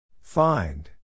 Find